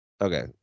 Okay